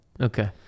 Okay